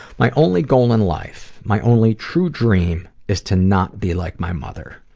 my only goal in life, my only true dream is to not be like my mother.